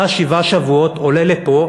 שבעה שבועות אתה עולה לפה